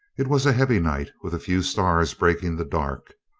it was a heavy night, with few stars breaking the dark.